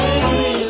Baby